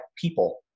people